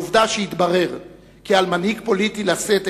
העובדה שהתברר כי על מנהיג פוליטי לשאת